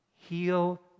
heal